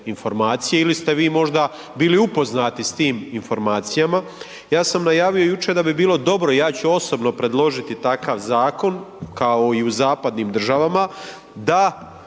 ili ste vi možda bili upoznati s tim informacijama. Ja sam najavio jučer da bi bilo dobro, ja ću osobno predložiti takav zakon kao i u zapadnim državama da